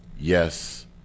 Yes